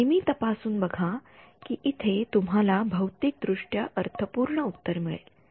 नेहमी तपासून बघा कि इथे तुम्हाला भौतिक दृष्ट्या अर्थपूर्ण उत्तर मिळेल